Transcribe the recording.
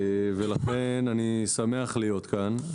לכן אני שמח להיות כאן.